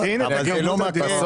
מאגר הדירות לא יושפע.